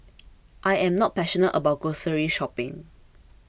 I am not passionate about grocery shopping